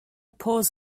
paws